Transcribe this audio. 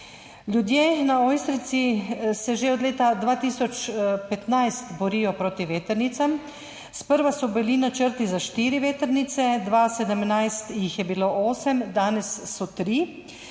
Ljudje na Ojstrici se že od leta 2015 borijo proti vetrnicam, sprva so bili načrti za štiri vetrnice, 2017 jih je bilo osem, danes so tri.